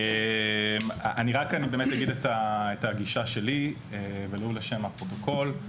אני אומר את הגישה שלי ולו לשם הפרוטוקול.